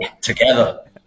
together